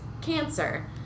cancer